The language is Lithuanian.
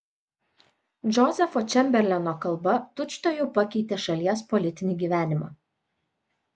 džozefo čemberleno kalba tučtuojau pakeitė šalies politinį gyvenimą